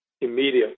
immediately